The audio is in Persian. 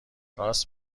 راست